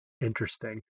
interesting